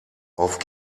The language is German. auf